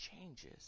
changes